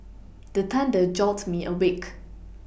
the thunder jolt me awake